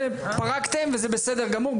פרקתם וזה בסדר גמור.